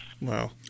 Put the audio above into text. Wow